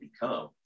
become